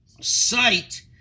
Sight